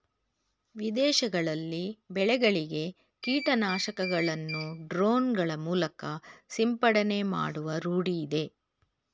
ವಿದೇಶಗಳಲ್ಲಿ ಬೆಳೆಗಳಿಗೆ ಕೀಟನಾಶಕಗಳನ್ನು ಡ್ರೋನ್ ಗಳ ಮೂಲಕ ಸಿಂಪಡಣೆ ಮಾಡುವ ರೂಢಿಯಿದೆ